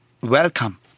welcome